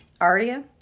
Aria